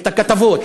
את הכתבות,